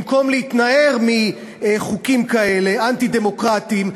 במקום להתנער מחוקים כאלה אנטי-דמוקרטיים,